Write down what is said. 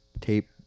tape